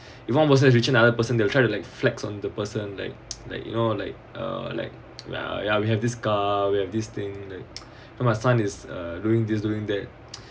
if one person is richer than the other person they'll try to like flex on the person like like you know like uh like ya we have this car we have this thing like for my son is doing this doing that